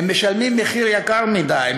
// הם משלמים מחיר יקר מדי,